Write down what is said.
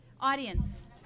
Audience